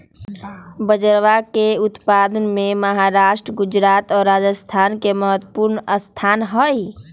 बजरवा के उत्पादन में महाराष्ट्र गुजरात और राजस्थान के महत्वपूर्ण स्थान हई